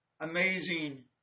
amazing